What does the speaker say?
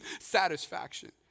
satisfaction